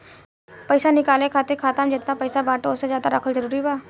पईसा निकाले खातिर खाता मे जेतना पईसा बाटे ओसे ज्यादा रखल जरूरी बा?